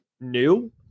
new